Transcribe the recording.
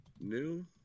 New